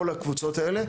כל הקבוצות האלה,